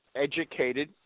educated